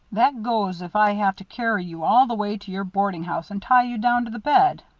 that goes if i have to carry you all the way to your boarding house and tie you down to the bed.